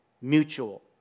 Mutual